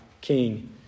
king